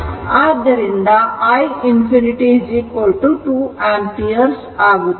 ಆದ್ದರಿಂದ i ∞ 2 ampere ಆಗುತ್ತದೆ